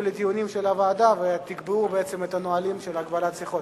לדיונים של הוועדה ותקבעו בעצם את הנהלים של הגבלת שיחות.